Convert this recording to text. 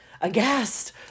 aghast